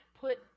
put